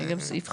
וגם סעיף 5א,